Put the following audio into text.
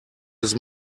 his